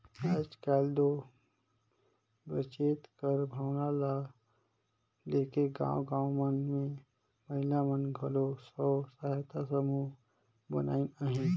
आएज काएल दो बचेत कर भावना ल लेके गाँव गाँव मन में महिला मन घलो स्व सहायता समूह बनाइन अहें